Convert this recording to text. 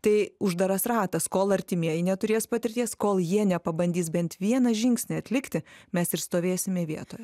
tai uždaras ratas kol artimieji neturės patirties kol jie nepabandys bent vieną žingsnį atlikti mes ir stovėsime vietoje